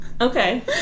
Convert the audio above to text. Okay